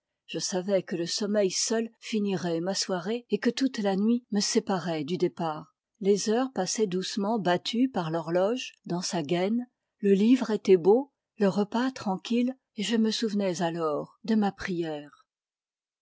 je savais que le sommeil seul finirait ma soirée et que toute la nuit me séparait du départ les heures passaient doucement battues par l'horloge dans sa gaine le livre était beau le repas tranquille et je me souvenais alors de ma prière